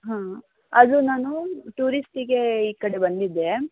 ಹಾಂ ಅದು ನಾನು ಟೂರಿಸ್ಟಿಗೆ ಈ ಕಡೆ ಬಂದಿದ್ದೆ